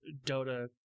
Dota